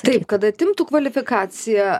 taip kad atimtų kvalifikaciją